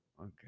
okay